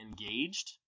engaged